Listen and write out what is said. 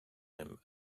him